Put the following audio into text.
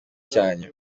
cyanyu